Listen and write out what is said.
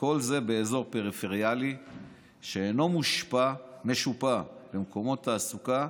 וכל זה באזור פריפריאלי שאינו משופע במקומות תעסוקה,